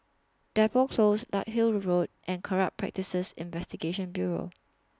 Depot Close Larkhill Road and Corrupt Practices Investigation Bureau